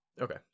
okay